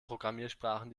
programmiersprachen